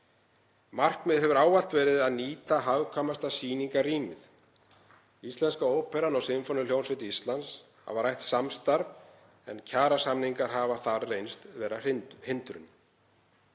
Markmiðið hefur ávallt verið að nýta hagkvæmasta sýningarrýmið. Íslenska óperan og Sinfóníuhljómsveit Íslands hafa rætt samstarf en kjarasamningar hafa þar reynst vera hindrun.